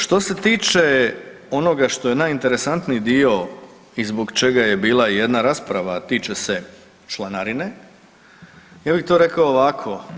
Što se tiče onoga što je najinteresantniji dio i zbog čega je bila i jedna rasprava, a tiče se članarine ja bih to rekao ovako.